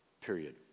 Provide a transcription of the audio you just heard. period